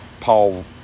Paul